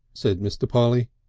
said mr. polly.